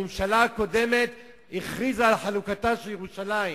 הממשלה הקודמת הכריזה על חלוקתה של ירושלים.